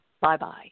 Bye-bye